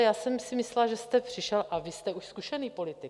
Já jsem si myslela, že jste přišel a vy jste už zkušený politik...